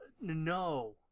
no